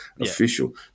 Official